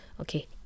okay